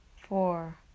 four